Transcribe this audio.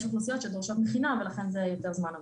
אוכלוסיות שדורשות מכינה ולכן זה יותר זמן עבורם.